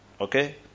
Okay